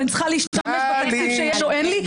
ואני צריכה להשתמש בתקציב שיש לי או אין לי,